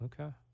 Okay